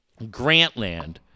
Grantland